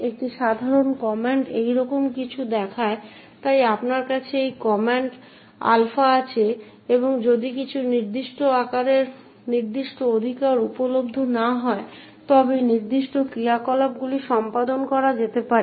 একটি সাধারণ কমান্ড এরকম কিছু দেখায় তাই আপনার কাছে একটি কমান্ড আলফা আছে এবং যদি কিছু নির্দিষ্ট অধিকার উপলব্ধ না হয় তবেই নির্দিষ্ট ক্রিয়াকলাপগুলি সম্পাদন করা যেতে পারে